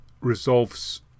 resolves